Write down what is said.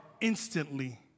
instantly